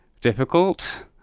difficult